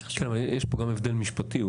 יש פה גם הבדל משפטי שהוא